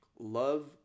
Love